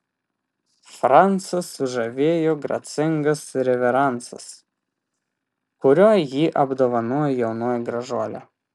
francą sužavėjo gracingas reveransas kuriuo jį apdovanojo jaunoji gražuolė